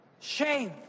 shame